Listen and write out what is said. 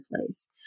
place